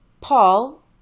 Paul